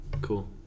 cool